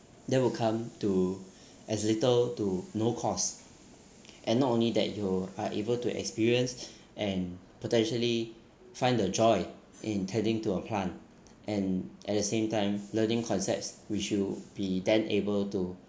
that will come to as little to no cost and not only that you are able to experience and potentially find the joy in tending to a plant and at the same time learning concepts which will be then able to